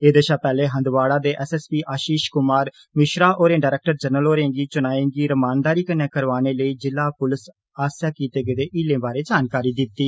एहदे शा पैह्ले हंदवाड़ा दे एसएसपी आशीष कुमार मिश्रा होरें डरैक्टर जनरल होरें'गी चुनाएं गी रमानदारी कन्नै करोआने लेई जिला पुलस आसेआ कीते गेदे हीलें बारै जानकारी दित्ती